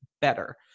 better